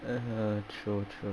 (uh huh) true true